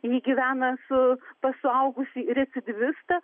ji gyvena su pas suaugusį recidyvistą